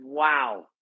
Wow